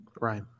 Right